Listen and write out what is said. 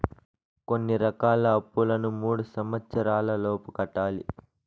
కొన్ని రకాల అప్పులను మూడు సంవచ్చరాల లోపు కట్టాలి